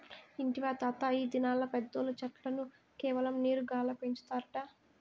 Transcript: ఇంటివా తాతా, ఈ దినాల్ల పెద్దోల్లు చెట్లను కేవలం నీరు గాల్ల పెంచుతారట